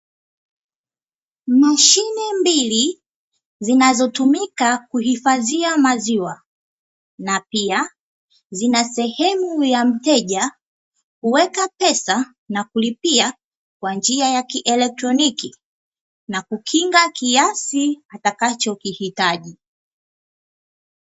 Mashine mbili zinazotumika kuhifadhia maziwa, na pia zina sehemu ya mteja kuweka pesa na kulipia kwa njia ya kielektroniki, na kukinga kiasi atakachokihitaji.